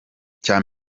cya